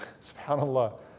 Subhanallah